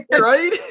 Right